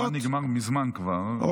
הזמן נגמר מזמן כבר,